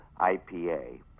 ipa